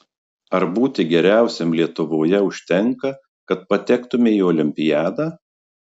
ar būti geriausiam lietuvoje užtenka kad patektumei į olimpiadą